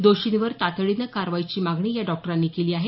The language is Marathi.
दोषींवर तातडीनं कारवाईची मागणी या डॉक्टरांनी केली आहे